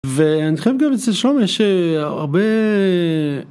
ואני חושב גם אצל שלומי יש הרבה...